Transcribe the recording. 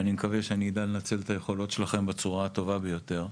אני מקווה שאני אדע לנצל את היכולות שלכם בצורה הטובה ביותר.